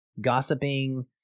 gossiping